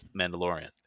Mandalorian